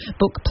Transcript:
book